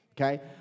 okay